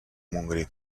montgrí